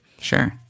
sure